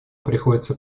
приходится